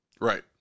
Right